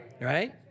right